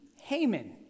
Haman